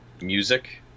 music